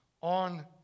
on